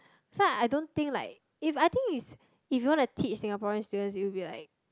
so I I don't think like if I think is if you want to teach Singaporean students it will be like